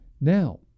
Now